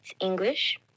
English